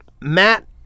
Matt